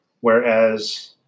whereas